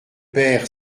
père